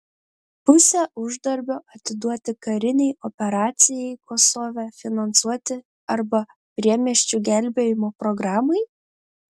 pusę uždarbio atiduoti karinei operacijai kosove finansuoti arba priemiesčių gelbėjimo programai